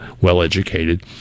well-educated